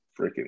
freaking